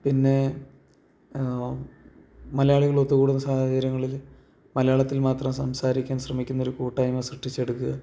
പിന്നെ മലയാളികള് ഒത്തുകൂടുന്ന സാഹചര്യങ്ങളില് മലയാളത്തിൽ മാത്രം സംസാരിക്കാൻ ശ്രമിക്കുന്ന ഒരു കൂട്ടായ്മ സൃഷ്ടിച്ചെടുക്കുക